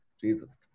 Jesus